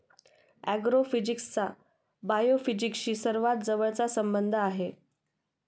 ऍग्रोफिजिक्सचा बायोफिजिक्सशी सर्वात जवळचा संबंध आहे